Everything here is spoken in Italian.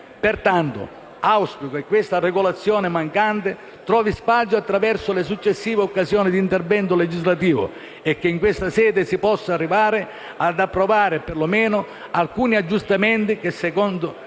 Pertanto auspico che questa regolazione mancante trovi spazio attraverso le successive occasioni di intervento legislativo e che in questa sede si possa arrivare ad approvare per lo meno alcuni aggiustamenti che, senza